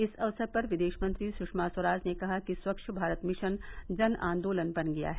इस अवसर पर विदेश मंत्री सुषमा स्वराज ने कहा कि स्वच्छ भारत मिशन जन आंदोलन बन गया है